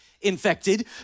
infected